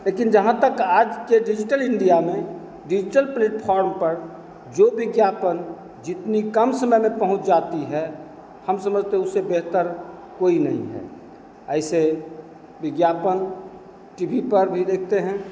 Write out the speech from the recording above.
लेकिन जहाँ तक आज के डिजिटल इंडिया में डिजिटल प्लेटफॉर्म पर जो विज्ञापन जितनी कम समय में पहुँच जाती है हम समझते हैं उससे बेहतर कोई नहीं है ऐसे विज्ञापन टी वी पर भी देखते हैं